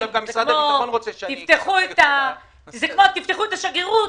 כמו תפתחו את השגרירות,